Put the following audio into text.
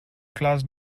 class